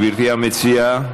גברתי המציעה,